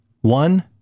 One